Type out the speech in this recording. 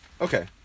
Okay